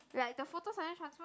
like the photos suddenly transfer